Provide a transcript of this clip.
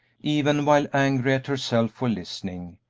even while angry at herself for listening,